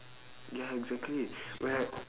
ya exactly when I